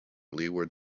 leeward